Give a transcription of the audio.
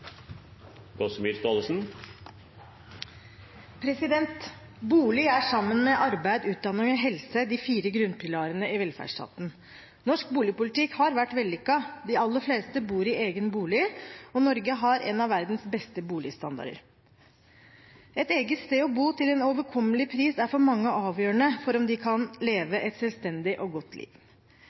minutter. Bolig er sammen med arbeid, utdanning og helse de fire grunnpilarene i velferdsstaten. Norsk boligpolitikk har vært vellykket, de aller fleste bor i egen bolig, og Norge har en av verdens beste boligstandarder. Et eget sted å bo til en overkommelig pris er for mange avgjørende for om de kan leve et selvstendig og godt liv.